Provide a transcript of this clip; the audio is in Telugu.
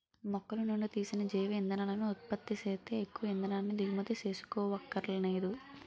మొక్కలనుండి తీసిన జీవ ఇంధనాలను ఉత్పత్తి సేత్తే ఎక్కువ ఇంధనాన్ని దిగుమతి సేసుకోవక్కరనేదు